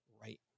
right